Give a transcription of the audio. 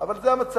אבל זה המצב